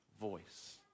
voice